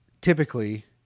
typically